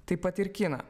taip pat ir kiną